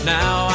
now